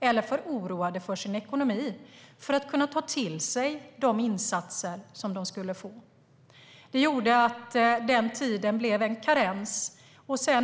eller för oroade för sin ekonomi för att kunna ta till sig insatserna. Det gjorde att den tiden blev en karens.